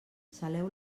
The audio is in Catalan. saleu